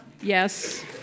yes